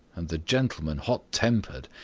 and the gentleman hot-tempered.